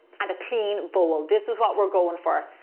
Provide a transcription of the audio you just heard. and a clean bowl. this is what we're going for.